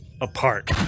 apart